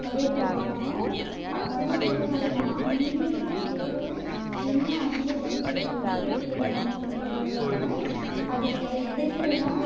வழிபடுவாங்க அப்போ வந்து திருவண்ணாமலையில அன்னிக்கும் கிரிவலம் இன்றும் அதிக பக்தர்கள் வந்து கிரிவலமாக போய்விட்டு வருவாங்க அதுக்கு எதுக்குன்னா